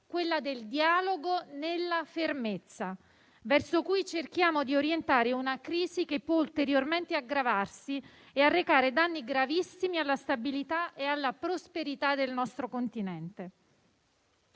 quella del dialogo nella fermezza, verso cui cerchiamo di orientare una crisi che può ulteriormente aggravarsi e arrecare danni gravissimi alla stabilità e alla prosperità del nostro continente.